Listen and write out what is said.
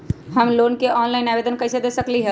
हम लोन के ऑनलाइन आवेदन कईसे दे सकलई ह?